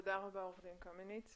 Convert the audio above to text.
תודה רבה עורך דין קמיניץ.